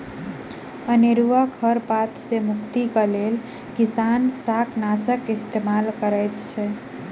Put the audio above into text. अनेरुआ खर पात सॅ मुक्तिक लेल किसान शाकनाशक इस्तेमाल करैत अछि